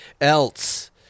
else